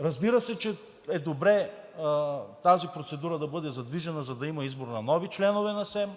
разбира се, че е добре тази процедура да бъде задвижена, за да има избор на нови членове на СЕМ.